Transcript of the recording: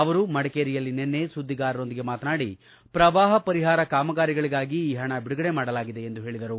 ಅವರು ಮಡಿಕೇರಿಯಲ್ಲಿ ನಿನ್ನೆ ಸುದ್ದಿಗಾರರೊಂದಿಗೆ ಮಾತನಾಡಿ ಪ್ರವಾಹ ಪರಿಹಾರ ಕಾಮಗಾರಿಗಳಿಗಾಗಿ ಈ ಹಣ ಬಿಡುಗಡೆ ಮಾಡಲಾಗಿದೆ ಎಂದು ಹೇಳಿದರು